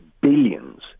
billions